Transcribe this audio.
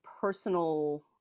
personal